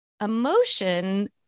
emotion